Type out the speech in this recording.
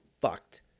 fucked